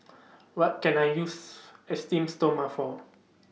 What Can I use Esteem Stoma For